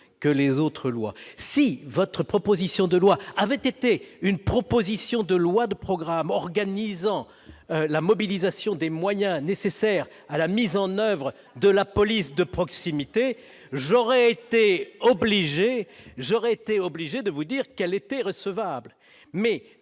que les autres lois. Si votre proposition de loi avait été une proposition de loi de programme organisant la mobilisation des moyens nécessaires à la mise en oeuvre de la police de proximité, j'aurais été obligé de vous dire qu'elle était recevable.